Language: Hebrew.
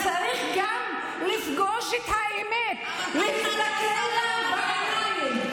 צריך גם לפגוש את האמת ולהסתכל לה בעיניים.